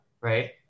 Right